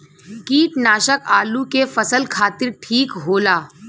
कीटनाशक आलू के फसल खातिर ठीक होला